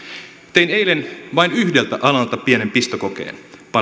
tein eilen vain yhdeltä alalta pienen pistokokeen